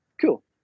cool